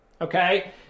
Okay